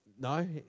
No